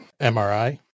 MRI